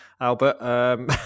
albert